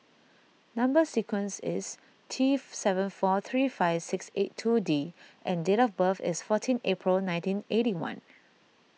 Number Sequence is T seven four three five six eight two D and date of birth is fourteen April nineteen eighty one